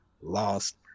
lost